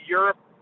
Europe